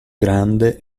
grande